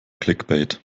clickbait